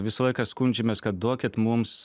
visą laiką skundžiamės kad duokit mums